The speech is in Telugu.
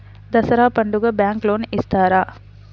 దసరా పండుగ బ్యాంకు లోన్ ఇస్తారా?